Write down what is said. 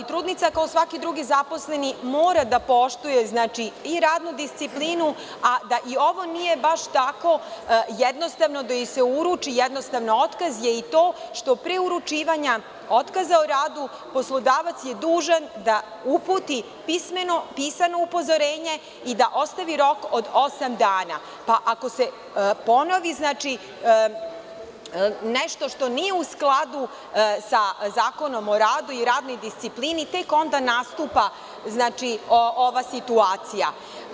I trudnica kao i svaki drugi zaposleni mora da poštuje i radnu disciplinu, a da i ovo nije baš tako jednostavno da im se uruči otkaz, je i to, što pre uručivanja otkaza o radu, poslodavac je dužan da uputi pismeno pisano upozorenje i da ostavi rok od osam dana, pa, ako se ponovi nešto što nije u skladu sa Zakonom o radu i radnoj disciplini, tek onda nastupa ova situacija.